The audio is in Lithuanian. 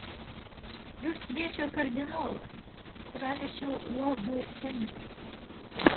jus kviečia kardinolas pranešiau lordui henriui